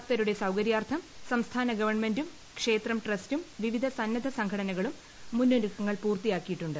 ഭക്തരുടെ സൌകര്യാർത്ഥം സംസ്ഥാന ഗവൺമെന്റും ക്ഷേത്രം ട്രസ്റ്റും വിവിധ സന്നദ്ധ സംഘടനകളും മുന്നൊരുക്കങ്ങൾ പൂർത്തിയാക്കിയിട്ടുണ്ട്